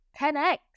10x